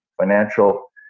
financial